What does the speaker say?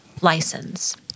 license